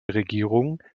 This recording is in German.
regierung